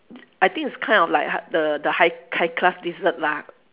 I think it's kind of like hi~ the the high c~ high class dessert lah